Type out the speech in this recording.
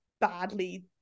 Badly